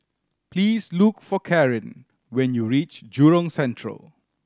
please look for Caryn when you reach Jurong Central